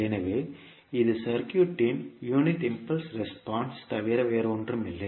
எனவே இது சர்க்யூட்களின் யூனிட் இம்பல்ஸ் ரெஸ்பான்ஸ் தவிர வேறில்லை